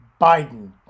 Biden